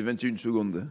parole